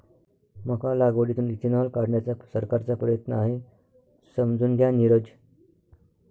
मका लागवडीतून इथेनॉल काढण्याचा सरकारचा प्रयत्न आहे, समजून घ्या नीरज